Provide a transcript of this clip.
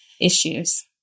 issues